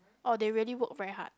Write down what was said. or they really work very hard